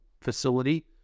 facility